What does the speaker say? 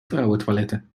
vrouwentoiletten